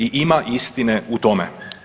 I ima istine u tome.